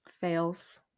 fails